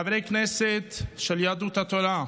חברי הכנסת של יהדות התורה,